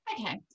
Okay